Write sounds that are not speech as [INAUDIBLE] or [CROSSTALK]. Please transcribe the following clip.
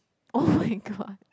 oh [LAUGHS] my god